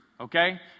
Okay